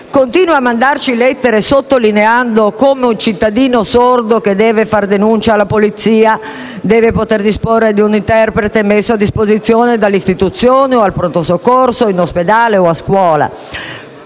continua a mandare lettere sottolineando come un cittadino sordo che deve fare denuncia alla polizia deve poter disporre di un interprete messo a disposizione dalle istituzioni o in ospedale o a scuola